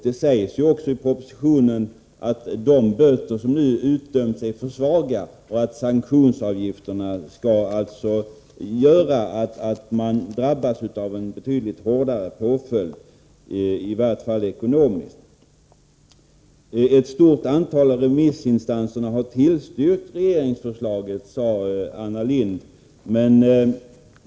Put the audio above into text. Det sägs också i propositionen att de böter som nu utdöms är för svaga. Genom sanktionsavgifterna skall alltså en betydligt hårdare påföljd tillämpas, i varje fall i ekonomiskt avseende. Ett stort antal av remissinstanserna har tillstyrkt regeringsförslaget, sade Anna Lindh.